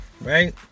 right